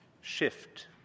shift